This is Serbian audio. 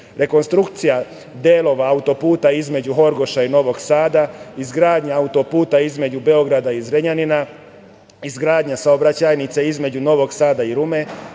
rekonstrukcija delova auto-puta između Horgoša i Novog Sada, izgradnja auto-puta između Beograda i Zrenjanina, izgradnja saobraćajnica između Novog Sada i Rume,